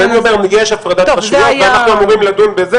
אז אני אומר שיש הפרדת רשויות ואנחנו אמורים לדון בזה.